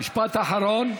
משפט אחרון.